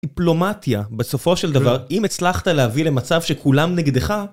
דיפלומטיה, בסופו של דבר, אם הצלחת להביא למצב שכולם נגדך